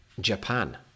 Japan